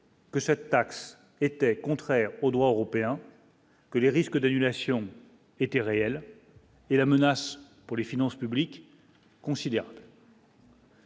Que cette taxe était contraire au droit européen, que les risques d'annulation était réelle et la menace pour les finances publiques.